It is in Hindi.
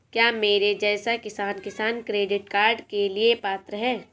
क्या मेरे जैसा किसान किसान क्रेडिट कार्ड के लिए पात्र है?